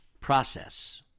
process